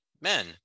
men